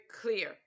clear